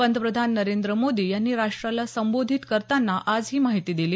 पंतप्रधान नरेंद्र मोदी यांनी राष्ट्राला संबोधित करताना आज ही माहिती दिली